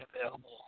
available